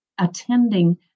attending